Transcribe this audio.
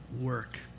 work